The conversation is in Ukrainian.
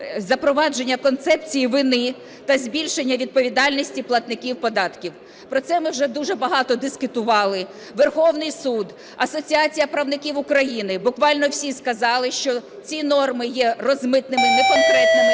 запровадження концепції вини та збільшення відповідальності платників податків. Про це ми вже дуже багато дискутували. Верховний Суд, Асоціація правників України, буквально всі сказали, що ці норми є розмитими, неконкретними